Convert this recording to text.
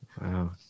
Wow